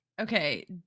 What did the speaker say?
Okay